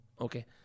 Okay